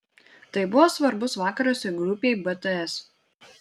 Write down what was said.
tai buvo svarbus vakaras ir grupei bts